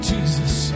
Jesus